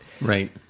Right